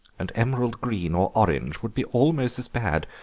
and emerald green or orange would be almost as bad,